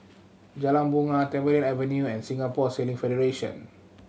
Jalan Bungar Tamarind Avenue and Singapore Sailing Federation